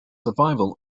survival